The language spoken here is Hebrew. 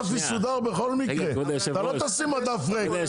מסודר, אתה לא תשים מדף ריק.